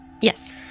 Yes